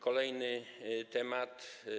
Kolejny temat.